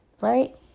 Right